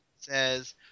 says